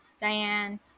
diane